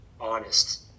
honest